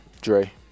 Dre